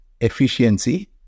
efficiency